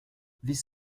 this